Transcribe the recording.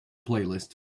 playlist